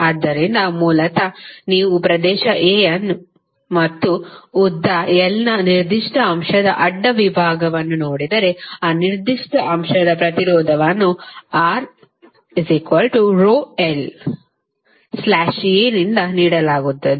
ಆದ್ದರಿಂದ ಮೂಲತಃ ನೀವು ಪ್ರದೇಶ A ಮತ್ತು ಉದ್ದ l ನ ನಿರ್ದಿಷ್ಟ ಅಂಶದ ಅಡ್ಡ ವಿಭಾಗವನ್ನು ನೋಡಿದರೆ ಆ ನಿರ್ದಿಷ್ಟ ಅಂಶದ ಪ್ರತಿರೋಧವನ್ನು RlA ನಿಂದ ನೀಡಲಾಗುತ್ತದೆ